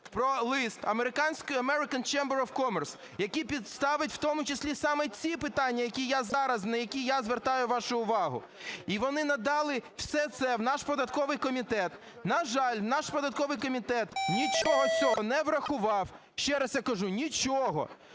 про лист American Chamber of Commerce, який ставить в тому числі саме ці питання, які я зараз, на які я звертаю вашу увагу. І вони надали все це в наш податковий комітет. На жаль, наш податковий комітет нічого з цього не врахував, ще раз я кажу, нічого,